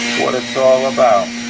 what it's all about.